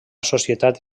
societat